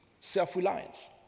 self-reliance